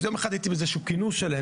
איזה יום אחד הייתי באיזשהו כינוס שלהם